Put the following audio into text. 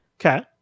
Okay